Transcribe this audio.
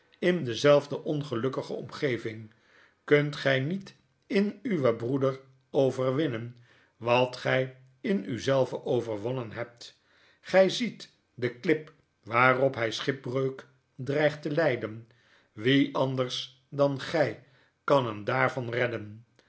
in dezelfde ongelukkige omgeving kunt gij niet in uwen broeder overwinnen wat gij in u zelve overwonnen hebt gij ziet de klip waarop hij schipbreuk dreigt te lijden wie anders dan gij kan hem daarvan redden